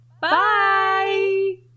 bye